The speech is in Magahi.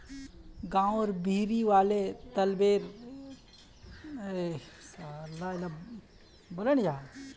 गांउर बहिरी वाले तलबेर ली सूरजमुखीर बहुत पौधा छ